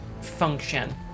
function